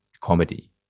comedy